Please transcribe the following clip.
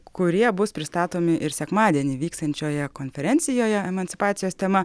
kurie bus pristatomi ir sekmadienį vyksiančioje konferencijoje emancipacijos tema